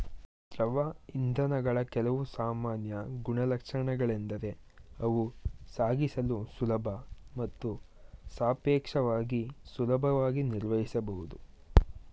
ದ್ರವ ಇಂಧನಗಳ ಕೆಲವು ಸಾಮಾನ್ಯ ಗುಣಲಕ್ಷಣಗಳೆಂದರೆ ಅವು ಸಾಗಿಸಲು ಸುಲಭ ಮತ್ತು ಸಾಪೇಕ್ಷವಾಗಿ ಸುಲಭವಾಗಿ ನಿರ್ವಹಿಸಬಹುದು